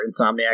Insomniac